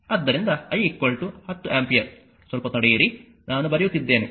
ಆದ್ದರಿಂದ I 10 ampere ಸ್ವಲ್ಪ ತಡೆಯಿರಿ ನಾನು ಬರೆಯುತ್ತಿದ್ದೇನೆ